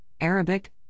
Arabic